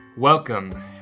Welcome